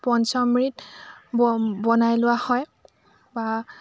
পঞ্চমৃত ব বনাই লোৱা হয় বা